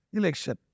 election